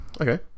Okay